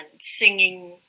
singing